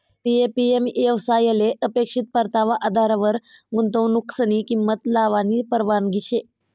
CAPM येवसायले अपेक्षित परतावाना आधारवर गुंतवनुकनी किंमत लावानी परवानगी शे